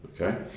Okay